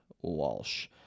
Walsh